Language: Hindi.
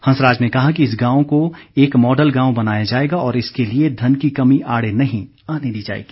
हंसराज ने कहा कि इस गांव को एक मॉडल गांव बनाया जाएगा और इसके लिए धन की कमी आड़े नहीं आने दी जाएगी